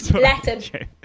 Latin